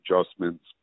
adjustments